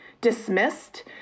dismissed